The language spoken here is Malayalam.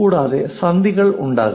കൂടാതെ സന്ധികൾ ഉണ്ടാകും